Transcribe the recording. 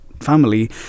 family